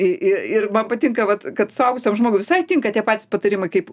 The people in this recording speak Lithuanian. i i ir man patinka vat kad suaugusiam žmogui visai tinka tie patys patarimai kaip